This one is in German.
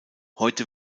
heute